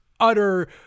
utter